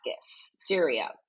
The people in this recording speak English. Syria